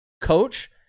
coach